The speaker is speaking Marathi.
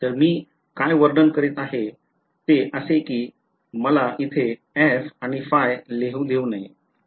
तर मी काय वर्णन करीत आहे ते असे आहे की मला इथे f and ϕ लिहू देऊ नये